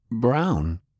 brown